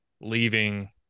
leaving